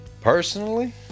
Personally